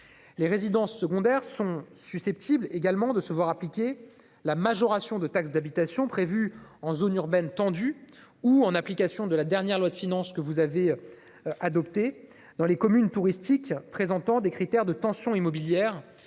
Les résidences secondaires sont également susceptibles de se voir appliquer la majoration de taxe d'habitation prévue en zone urbaine tendue ou, en application de la loi de finances pour 2023, dans les communes touristiques présentant des critères de tension immobilière.